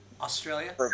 Australia